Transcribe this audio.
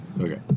Okay